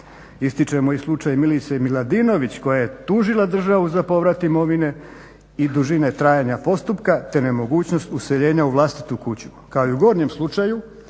Ističemo i slučaj Milice Miladinović koja je tužila državu za povrat mirovine i dužine trajanja postupka, te nemogućnost useljenja u vlastitu kuću.